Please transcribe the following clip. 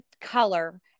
color